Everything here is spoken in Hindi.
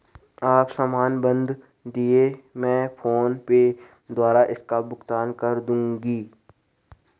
आप सामान बांध दीजिये, मैं फोन पे द्वारा इसका भुगतान कर दूंगी